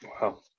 wow